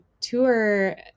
tour